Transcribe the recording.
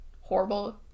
horrible